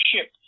ship